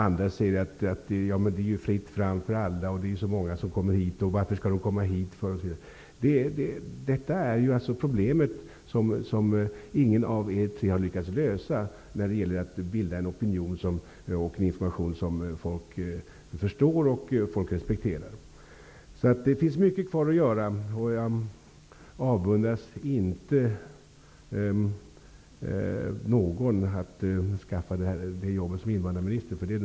Andra säger: Det är ju fritt fram för alla, det är så många som kommer hit, varför skall de komma hit osv. Ett problem som ingen av er tre har lyckats lösa är att ge en information som folk förstår och respekterar. Det finns mycket kvar att göra, och jag avundas inte någon jobbet som invandrarminister.